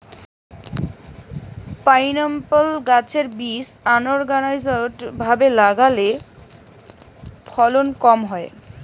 pineapple গাছের বীজ unorganised ভাবে লাগালে ফলন কম হয়